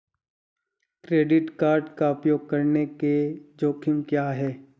Credit card का उपयोग करने के जोखिम क्या हैं?